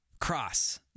cross